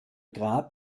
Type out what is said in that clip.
grab